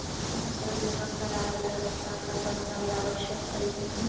फसल बीमा करावे लगी का का जानकारी आवश्यक हइ?